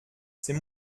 c’est